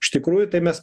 iš tikrųjų tai mes